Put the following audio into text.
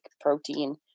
protein